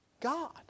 God